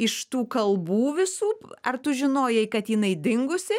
iš tų kalbų visų ar tu žinojai kad jinai dingusi